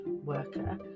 worker